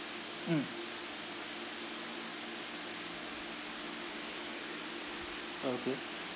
mm okay